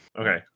Okay